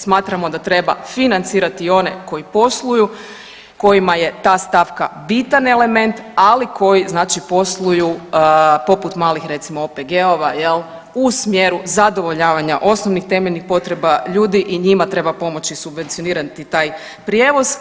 Smatramo da treba financirati i one koji posluju, kojima je ta stavka bitan element, ali koji znači posluju poput malih recimo OPG-ova u smjeru zadovoljavanja osnovnih temeljnih potreba ljudi i njima treba pomoći subvencionirati taj prijevoz.